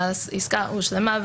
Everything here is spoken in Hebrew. כשהעסקה הושלמה,